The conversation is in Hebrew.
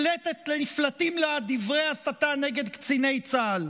נפלטים לה דברי ההסתה נגד קציני צה"ל.